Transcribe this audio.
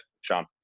Sean